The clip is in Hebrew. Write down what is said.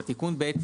למעשה